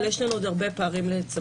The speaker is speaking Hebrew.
אבל יש לנו עוד הרבה פערים לצמצם.